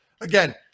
again